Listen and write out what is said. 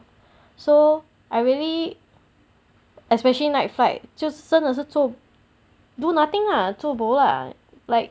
so I really especially night flight 就是真的是做 do nothing ah zuo boh lah like